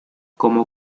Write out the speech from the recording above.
como